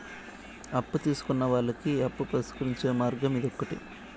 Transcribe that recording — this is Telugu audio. అప్పు తీసుకున్న వాళ్ళకి అప్పు పరిష్కరించే మార్గం ఇదొకటి